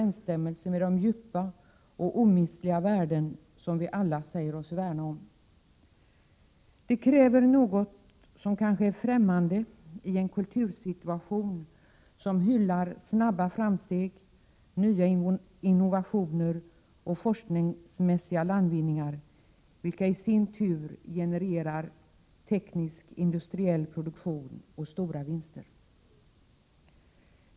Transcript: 1987/88:136 överensstämmelse med de djupa och omistliga värden som vi alla säger oss värna om. Det kräver något som kanske är främmande i en kultur som hyllar snabba framsteg, nya innovationer och forskningsmässiga landvinningar, vilka i sin tur genererar teknisk-industriell produktion och stora vinster.